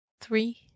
Three